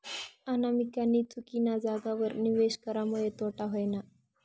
अनामिकानी चुकीना जागावर निवेश करामुये तोटा व्हयना